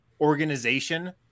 organization